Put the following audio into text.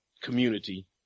community